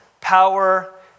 power